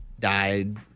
died